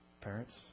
parents